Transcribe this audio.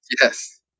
Yes